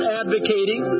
advocating